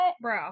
bro